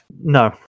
no